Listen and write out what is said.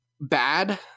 bad